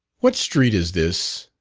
what street is this?